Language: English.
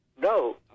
no